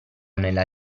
nella